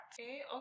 Okay